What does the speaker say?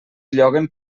lloguen